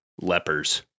lepers